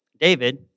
David